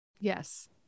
yes